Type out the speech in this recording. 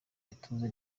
ituze